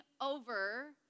over